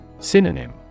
Synonym